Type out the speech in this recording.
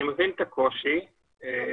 אני מבין את הקושי שאתם